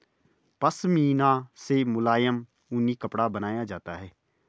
पशमीना से मुलायम ऊनी कपड़ा बनाया जाता है